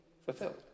fulfilled